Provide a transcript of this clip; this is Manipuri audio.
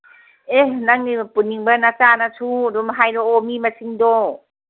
ꯑꯦ ꯅꯪꯒꯤ ꯄꯨꯅꯤꯡꯕ ꯅꯆꯥ ꯅꯁꯨ ꯑꯗꯨꯝ ꯍꯥꯏꯔꯛꯑꯣ ꯃꯤ ꯃꯁꯤꯡꯗꯣ